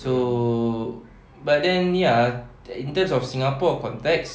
so but then ya in terms of singapore context